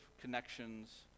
connections